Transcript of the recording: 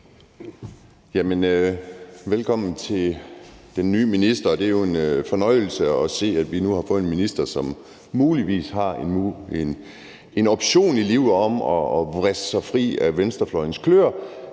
Velkommen til den nye minister. Det er en jo fornøjelse at se, at vi nu har fået en minister, som muligvis har en option i forhold til at vriste sig fri af venstrefløjens kløer